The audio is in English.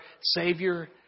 Savior